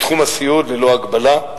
בתחום הסיעוד, ללא הגבלה,